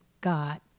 God